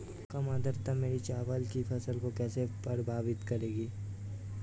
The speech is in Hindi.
कम आर्द्रता मेरी चावल की फसल को कैसे प्रभावित करेगी?